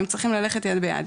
הם צריכים ללכת יד ביד.